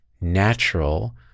natural